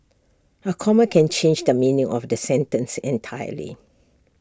A comma can change the meaning of A sentence entirely